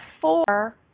four